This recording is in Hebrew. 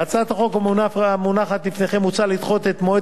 בהצעת החוק המונחת בפניכם מוצע לדחות את מועד